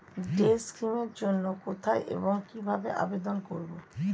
Day scheme এর জন্য কোথায় এবং কিভাবে আবেদন করব?